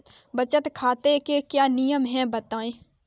बचत खाते के क्या नियम हैं बताएँ?